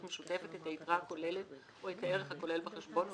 משותפת את היתרה הכוללת או את הערך הכולל בחשבון,